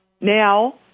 Now